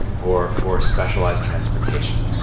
or for specialized transportation.